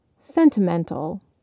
Sentimental